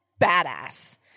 badass